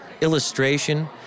illustration